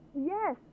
yes